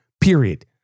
Period